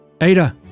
Ada